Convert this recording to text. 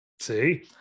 see